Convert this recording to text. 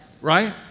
right